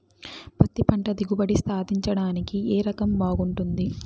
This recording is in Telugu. పత్తి పంట దిగుబడి సాధించడానికి ఏ రకం బాగుంటుంది?